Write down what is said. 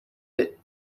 bit